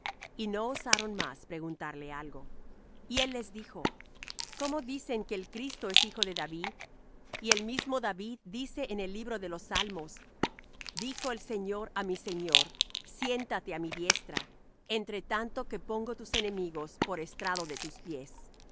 y no osaron más preguntarle algo y él les dijo cómo dicen que el cristo es hijo de david y el mismo david dice en el libro de los salmos dijo el señor á mi señor siéntate á mi diestra entre tanto que pongo tus enemigos por estrado de tus pies